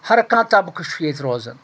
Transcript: ہر کانٛہہ طبقہٕ چھُ ییٚتہِ روزان